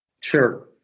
Sure